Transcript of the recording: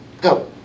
Go